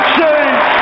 change